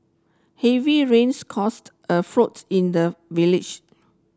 heavy rains caused a floods in the village